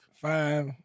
five